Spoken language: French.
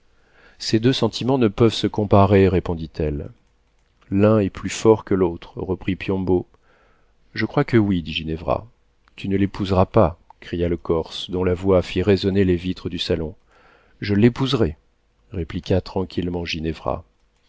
ces deux sentiments ne peuvent se comparer répondit-elle l'un est plus fort que l'autre reprit piombo je crois que oui dit ginevra tu ne l'épouseras pas cria le corse dont la voix fit résonner les vitres du salon je l'épouserai répliqua tranquillement